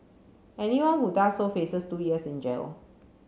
anyone who does so faces two years in jail